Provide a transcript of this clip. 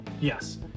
yes